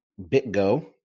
BitGo